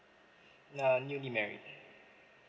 err newly married